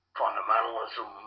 fundamentalism